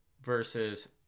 versus